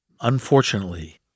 Unfortunately